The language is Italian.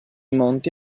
monti